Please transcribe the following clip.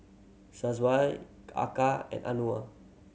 Eka and Anuar